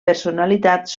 personalitats